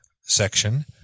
section